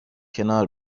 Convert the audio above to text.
کنار